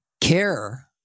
care